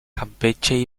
campeche